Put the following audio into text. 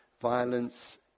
violence